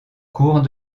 courts